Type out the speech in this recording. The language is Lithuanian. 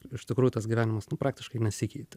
iš tikrųjų tas gyvenimas nu praktiškai nesikeitė